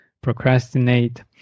procrastinate